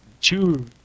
two